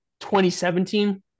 2017